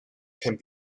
can